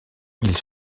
ils